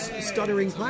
stuttering